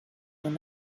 were